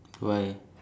why